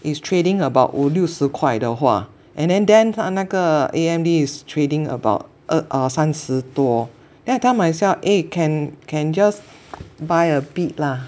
is trading about 五六十块的话 and then then 那个 A_M_D is trading about 二啊三十多 then I tell myself eh can can just buy a bit lah